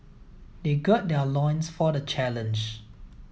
they gird their loins for the challenge